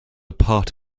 part